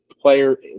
player